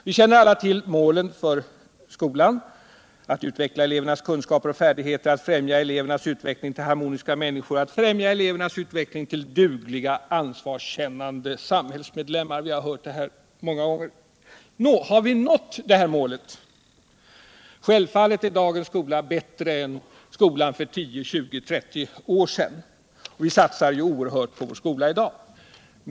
Vi känner alla till målet för skolan —att utveckla elevernas kunskaper och färdigheter, att främja elevernas utveckling till harmoniska människor, att främja elevernas utveckling till dugliga och ansvarskännande samhällsmedborgare. Vi har hört det många gånger. Har vi nått detta mål? Självfallet är dagens skola bättre än skolan för 10-20-30 år sedan. Vi satsar oerhört mycket på vår skola i dag.